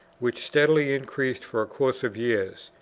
which steadily increased for course of years.